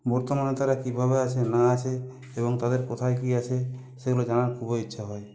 বর্তমানে তারা কীভাবে আছে না আছে এবং তাদের কোথায় কী আছে সেগুলো জানার খুবই ইচ্ছা হয়